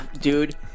dude